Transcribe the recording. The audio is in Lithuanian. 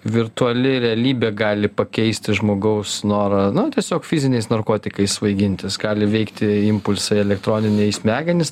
virtuali realybė gali pakeisti žmogaus norą na tiesiog fiziniais narkotikais svaigintis gali veikti impulsai elektroniniai į smegenis